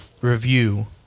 review